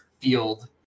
field